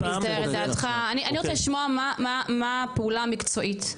אני רוצה לשמוע מה הפעולה המקצועית,